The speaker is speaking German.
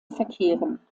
verkehren